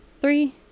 Three